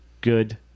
good